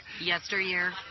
Yesteryear